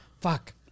fuck